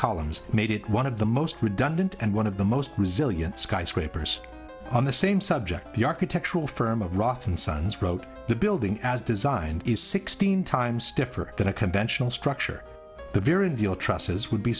columns made it one of the most redundant and one of the most resilient skyscrapers on the same subject the architectural firm of rock and suns wrote the building as designed is sixteen times different than a conventional structure the very deal trusses would be